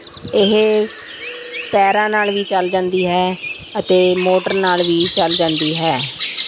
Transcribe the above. ਇਹ ਪੈਰਾਂ ਨਾਲ ਵੀ ਚੱਲ ਜਾਂਦੀ ਹੈ ਅਤੇ ਮੋਟਰ ਨਾਲ ਵੀ ਚੱਲ ਜਾਂਦੀ ਹੈ